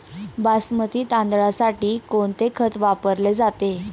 बासमती तांदळासाठी कोणते खत वापरले जाते?